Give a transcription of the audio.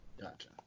Gotcha